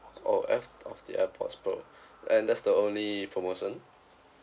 oh ef~ off the airpods pro and that's the only promotion